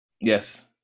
Yes